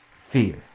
fear